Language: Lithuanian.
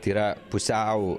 tai yra pusiau